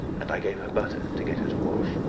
and i gave her butter to get her to wash.